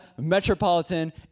Metropolitan